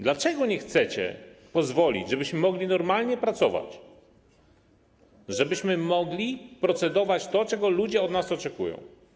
Dlaczego nie chcecie pozwolić, żebyśmy mogli normalnie pracować, żebyśmy mogli procedować nad tym, czego ludzie od nas oczekują?